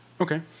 Okay